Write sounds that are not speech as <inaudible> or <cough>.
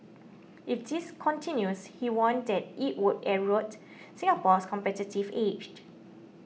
if this continues he warned that it would erode Singapore's competitive edge <noise>